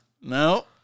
No